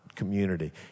community